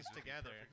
together